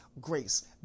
grace